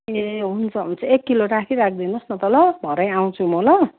ए हुन्छ हुन्छ एक किलो राखिराख्दिनोस् न त ल भरे आउँछु म ल